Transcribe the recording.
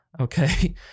okay